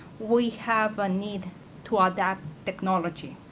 we have a need to ah adapt technology.